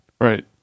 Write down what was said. Right